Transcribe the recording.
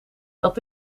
dat